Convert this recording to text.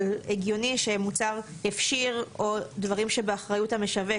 הגיוני שמוצר הפשיר או דברים שבאחריות המשווק.